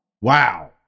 Wow